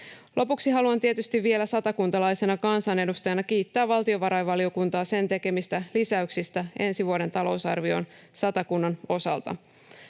Lopuksi haluan tietysti vielä satakuntalaisena kansanedustajana kiittää valtiovarainvaliokuntaa sen tekemistä lisäyksistä ensi vuoden talousarvioon Satakunnan osalta.